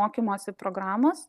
mokymosi programos